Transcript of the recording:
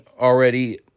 already